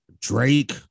drake